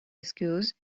excuse